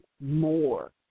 more